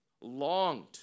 longed